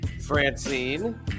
Francine